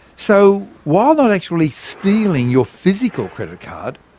so while not actually stealing your physical credit card,